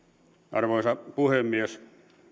arvoisa puhemies